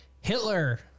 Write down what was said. Hitler